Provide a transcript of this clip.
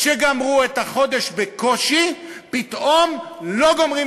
שגמרו את החודש בקושי פתאום לא גומרות